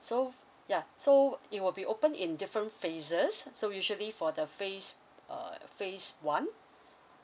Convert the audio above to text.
so yeah so it will be open in different phases so usually for the phase uh phase one